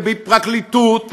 ובלי פרקליטות,